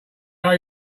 are